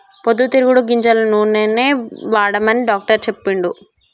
పొద్దు తిరుగుడు గింజల నూనెనే వాడమని డాక్టర్ చెప్పిండు